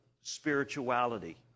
spirituality